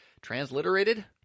Transliterated